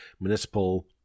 municipal